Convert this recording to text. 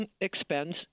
expense